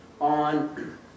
on